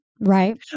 Right